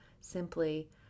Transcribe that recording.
simply